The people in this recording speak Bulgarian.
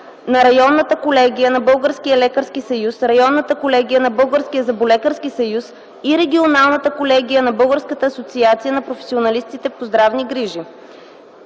на районната колегия на Българския лекарски съюз, районната колегия на Българския зъболекарски съюз и регионалната колегия на Българската асоциация на професионалистите по здравни грижи,